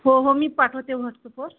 हो हो मी पाठवते व्हॉट्सअपवर